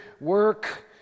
work